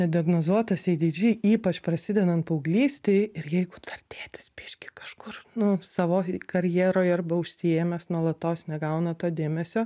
nediagnozuotas adhd ypač prasidedant paauglystei ir jeigu dar tėtis biški kažkur nu savo karjeroj arba užsiėmęs nuolatos negauna to dėmesio